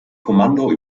kommando